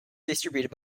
distributed